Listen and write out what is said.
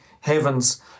heavens